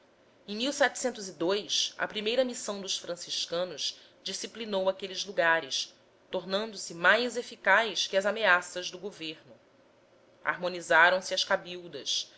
e o e a primeira missão dos franciscanos disciplinou aqueles lugares tornando-se mais eficaz que as ameaças do governo harmonizaram se as cabildas